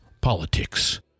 politics